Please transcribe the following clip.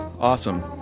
Awesome